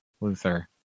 Luther